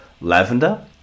lavender